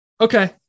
Okay